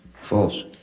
false